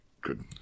good